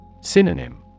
Synonym